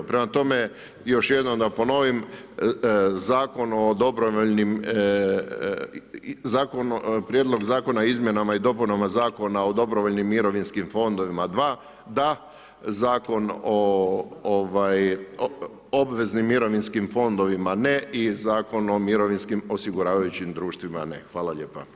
Prema tome, još jednom da ponovim, Zakon o dobrovoljnim, Prijedlog Zakona o izmjenama i dopunama Zakona o dobrovoljnim mirovinskim fondovima 2, da Zakon o ovaj, obveznim mirovinskim fondovima ne i Zakon o mirovinskim osiguravajućim društvima ne, hvala lijepa.